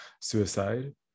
suicide